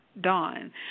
Dawn